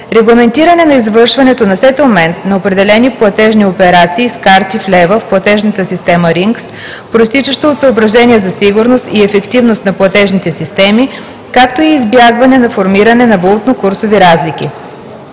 регламентиране на извършването на сетълмент на определени платежни операции с карти в лева в платежната система RINGS, произтичащо от съображения за сигурност и ефективност на платежните системи, както и избягване на формиране на валутно-курсови разлики;